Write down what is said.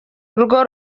urwo